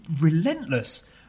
relentless